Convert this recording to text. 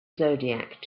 zodiac